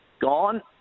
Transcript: Gone